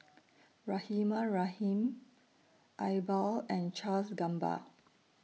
Rahimah Rahim Iqbal and Charles Gamba